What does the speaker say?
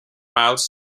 miles